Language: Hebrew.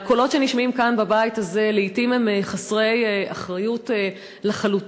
הקולות שנשמעים כאן בבית הזה לעתים הם חסרי אחריות לחלוטין,